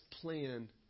plan